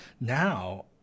now